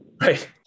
Right